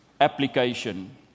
application